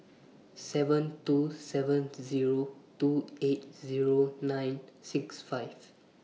seven two seven Zero two eight Zero nine six five